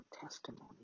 testimony